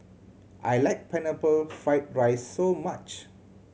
I like Pineapple Fried rice very much